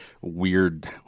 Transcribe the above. weird